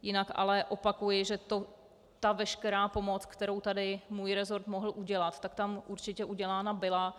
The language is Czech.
Jinak ale opakuji, že veškerá pomoc, kterou tady můj resort mohl udělat, určitě udělána byla.